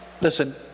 Listen